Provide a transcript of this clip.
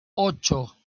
ocho